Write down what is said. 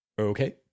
Okay